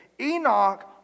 Enoch